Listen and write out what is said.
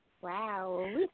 Wow